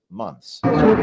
months